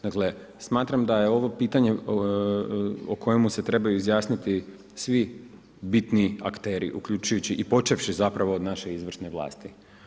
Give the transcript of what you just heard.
Dakle smatram da je ovo pitanje o kojemu se trebaju izjasniti svi bitni akteri uključujući i počevši zapravo od naše izvršne vlasti.